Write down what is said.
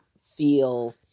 feel